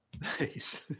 Nice